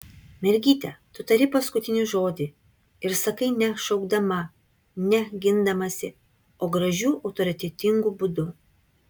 mergyte tu tari paskutinį žodį ir sakai ne šaukdama ne gindamasi o gražiu autoritetingu būdu